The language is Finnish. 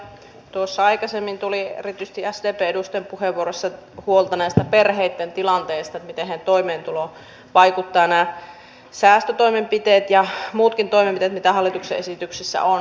tuossa aikaisemmin tuli erityisesti sdpn edustajien puheenvuoroissa huolta näistä perheitten tilanteista siitä miten heidän toimeentuloonsa vaikuttavat nämä säästötoimenpiteet ja muutkin toimenpiteet joita hallituksen esityksessä on